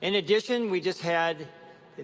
in addition, we just had